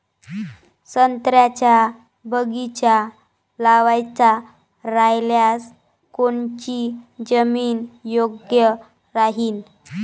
संत्र्याचा बगीचा लावायचा रायल्यास कोनची जमीन योग्य राहीन?